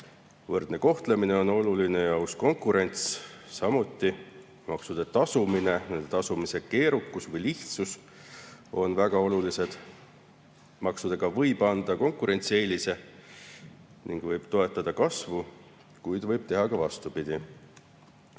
Võrdne kohtlemine on oluline ja aus konkurents samuti, maksude tasumine, nende tasumise keerukus või [õigemini] lihtsus on väga oluline. Maksudega võib anda konkurentsieelise ning võib toetada kasvu, kuid võib teha ka vastupidi.